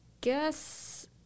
guess